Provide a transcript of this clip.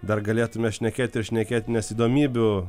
dar galėtume šnekėti ir šnekėti nes įdomybių